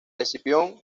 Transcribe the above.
escipión